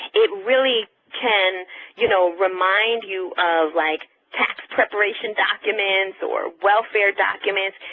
it really can you know, remind you of like tax preparation documents or welfare documents.